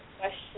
question